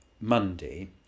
Monday